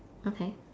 okay